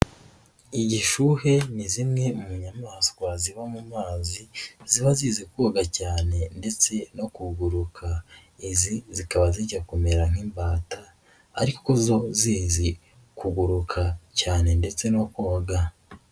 Igishuhe ni zimwe mu nyamaswa ziba mu mazi ziba zizi koga cyane ndetse no kuguruka, izi zikaba zijya kumera nk'imbata ariko zo zizi kuguruka cyane ndetse no koga.